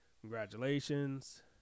congratulations